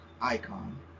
icon